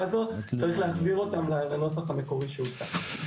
הזאת צריך להחזיר אותם לנוסח המקורי שהוצע.